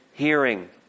hearing